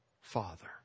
Father